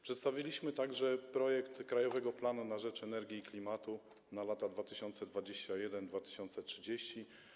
Przedstawiliśmy także projekt „Krajowego planu na rzecz energii i klimatu na lata 2021-2030”